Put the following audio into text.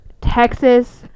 Texas